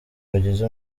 bagize